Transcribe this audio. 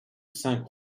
cinq